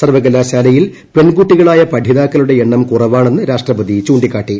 സർവകലാശാലയിൽ പെൺകുട്ടികളായ പഠിതാക്കളുടെ എണ്ണം കുറവാണെന്ന് രാഷ്ട്രപതി ചൂണ്ടിക്കാട്ടി